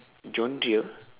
genre